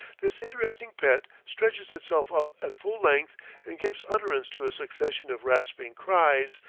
this interesting pet stretches itself up at full length and gives utterance to a succession of rasping cries,